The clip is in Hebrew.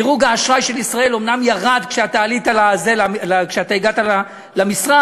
דירוג האשראי של ישראל אומנם ירד כשאתה הגעת למשרד,